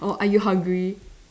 or are you hungry